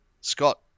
Scott